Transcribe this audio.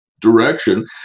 direction